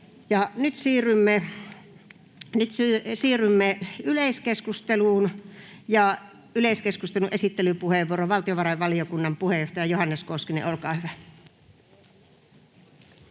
Nyt siirrymme yleiskeskusteluun. Yleiskeskustelun esittelypuheenvuoro, valtiovarainvaliokunnan puheenjohtaja Johannes Koskinen, olkaa hyvä.